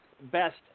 best